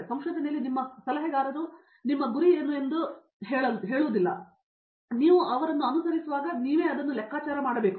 ಸಂಶೋಧನೆಯಲ್ಲಿ ನಿಮ್ಮ ಸಲಹೆಗಾರನು ನಿಮ್ಮ ಗುರಿ ಏನು ಎಂದು ನೀವು ಹೇಳುತ್ತಿಲ್ಲ ನೀವು ಅದನ್ನು ಅನುಸರಿಸುವಾಗ ನೀವು ಅದನ್ನು ಲೆಕ್ಕಾಚಾರ ಮಾಡಬೇಕು